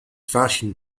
fashion